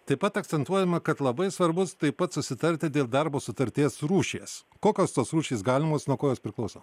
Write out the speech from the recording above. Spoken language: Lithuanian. taip pat akcentuojama kad labai svarbus taip pat susitarti dėl darbo sutarties rūšies kokios tos rūšys galimos nuo ko jos priklauso